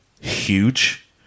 huge